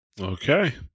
Okay